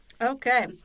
Okay